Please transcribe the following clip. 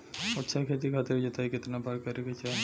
अच्छा खेती खातिर जोताई कितना बार करे के चाही?